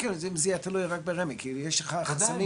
כן, אם זה יהיה תלוי רק ברמ"י, כי יש לך חסמים.